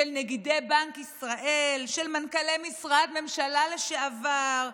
של נגידי בנק ישראל, של מנכ"לי משרדי ממשלה לשעבר,